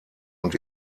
und